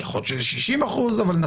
יכול להיות ש-90%,